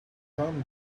come